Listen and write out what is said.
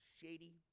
shady